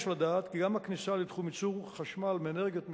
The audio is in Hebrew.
יש לדעת כי גם הכניסה לתחום ייצור חשמל מאנרגיות מתחדשות,